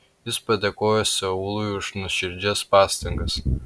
jis padėkojo seului už nuoširdžias pastangas